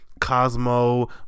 Cosmo